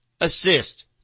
assist